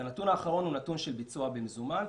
הנתון האחרון הוא נתון של ביצוע במזומן.